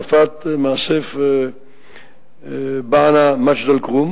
שופכי היישובים דיר-אל-אסד, בענה ומג'ד-אל-כרום